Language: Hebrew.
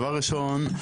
דבר ראשון: